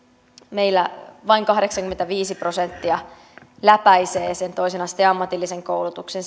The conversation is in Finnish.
meillä vain kahdeksankymmentäviisi prosenttia ikäluokasta läpäisee sen toisen asteen ammatillisen koulutuksen